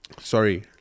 sorry